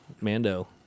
Mando